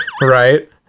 Right